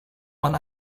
man